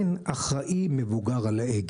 הם האחראי המבוגר על ההגה.